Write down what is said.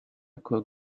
could